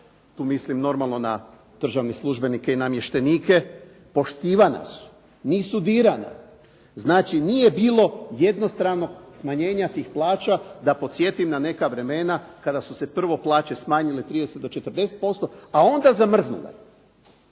tu mislim normalno na državne službenike i namještenike, poštivana su, nisu dirana. Znači nije bilo jednostranog smanjenja tih plaća, da podsjetim na neka vremena kada su se prvo plaće smanjile 30 do 40%, a onda zamrznule.